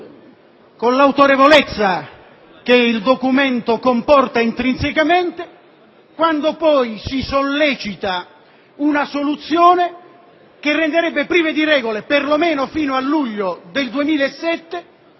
con l'autorevolezza che il documento comporta intrinsecamente, quando poi si sollecita una soluzione che renderebbe priva di regole, perlomeno fino al luglio 2007,